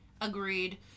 Agreed